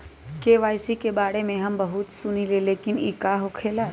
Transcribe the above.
KYC के बारे में हम बहुत सुनीले लेकिन इ का होखेला?